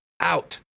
out